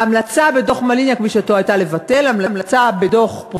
ההמלצה בדוח מליניאק בשעתו הייתה לבטל.